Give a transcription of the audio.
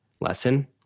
lesson